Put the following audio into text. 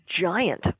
giant